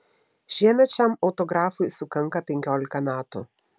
šiemet šiam autografui sukanka penkiolika metų